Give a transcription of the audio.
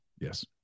Yes